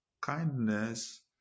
Kindness